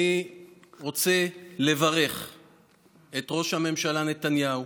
אני רוצה לברך את ראש הממשלה נתניהו